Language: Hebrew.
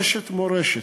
רשת "מורשת",